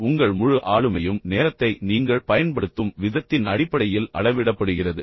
எனவே உங்கள் முழு ஆளுமையும் நீங்கள் நேரத்தை பயன்படுத்தும் விதத்தின் அடிப்படையில் அளவிடப்படுகிறது